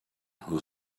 who